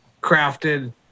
crafted